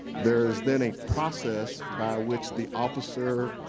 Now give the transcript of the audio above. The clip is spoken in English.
there is then a process by which the officer,